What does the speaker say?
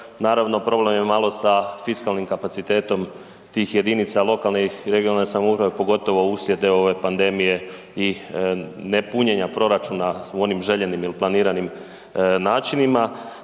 Naravno, problem je malo sa fiskalnim kapacitetom tih jedinica lokalne i regionalne samouprave, pogotovo uslijed ove pandemije i nepunjenja proračuna u onim željenim ili planiranim načinima